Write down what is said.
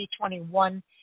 2021